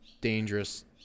dangerous